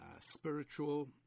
spiritual